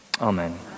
Amen